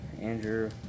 Andrew